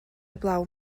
heblaw